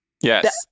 Yes